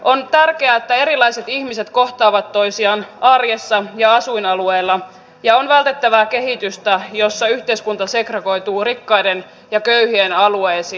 on tärkeää että erilaiset ihmiset kohtaavat toisiaan arjessa ja asuinalueella ja on vältettävä kehitystä jossa yhteiskunta segregoituu rikkaiden ja köyhien alueisiin